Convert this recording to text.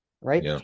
right